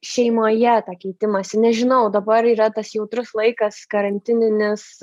šeimoje tą keitimąsi nežinau dabar yra tas jautrus laikas karantininis